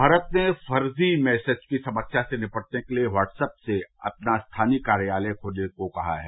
भारत ने फर्जी मैसेज की समस्या से निपटने के लिए व्हाट्सअप से अपना स्थानीय कार्यालय खोलने को कहा है